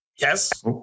Yes